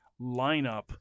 lineup